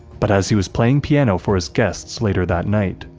but as he was playing piano for his guests later that night,